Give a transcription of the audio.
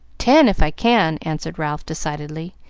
ten, if i can, answered ralph, decidedly,